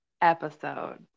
episode